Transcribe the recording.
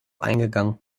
eingegangen